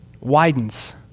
widens